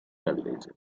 gallese